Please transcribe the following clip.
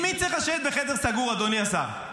עם מי צריך לשבת בחדר סגור, אדוני השר?